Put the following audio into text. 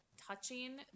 touching